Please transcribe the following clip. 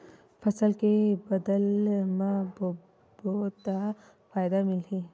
फसल ल बदल के बोबो त फ़ायदा मिलही?